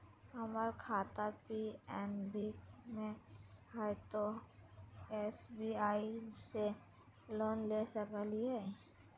हमर खाता पी.एन.बी मे हय, तो एस.बी.आई से लोन ले सकलिए?